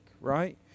right